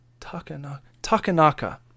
Takanaka